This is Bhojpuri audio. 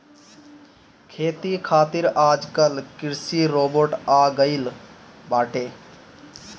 खेती खातिर आजकल कृषि रोबोट आ गइल बाटे